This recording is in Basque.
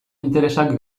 interesak